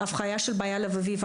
אבחנה של בעיה לבבית,